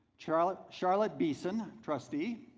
charlotte charlotte beason trustee,